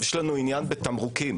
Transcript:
יש לנו עניין בתמרוקים